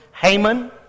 Haman